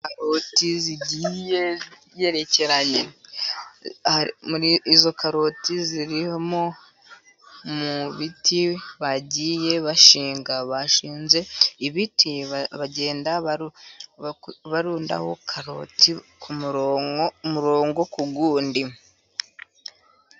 Karoti zigiye zigerekeranye, izo karoti ziri mu biti bagiye bashinga, bashinze ibiti bagenda barundaho karoti ku murongo, umurongo ku wundi.